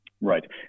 Right